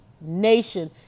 Nation